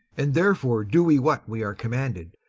and therefore do we what we are commanded.